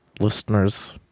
listeners